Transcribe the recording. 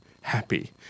happy